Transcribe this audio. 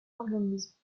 organise